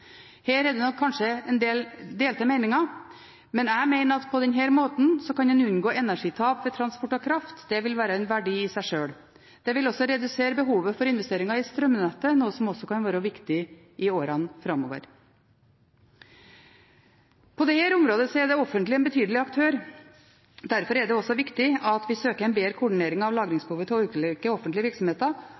Her er det kanskje en del delte meninger, men jeg mener at på denne måten kan man unngå energitap ved transport av kraft, det vil være en verdi i seg sjøl. Det vil også redusere behovet for investeringer i strømnettet, noe som også kan være viktig i årene framover. På dette området er det offentlige en betydelig aktør. Derfor er det også viktig at vi søker en bedre koordinering av lagringsbehovet til ulike offentlige virksomheter.